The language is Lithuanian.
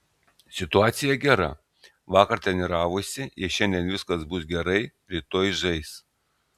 situacija gera vakar treniravosi jei šiandien viskas bus gerai rytoj žais